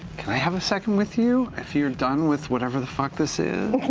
can i have a second with you? if you're done with whatever the fuck this is?